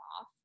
off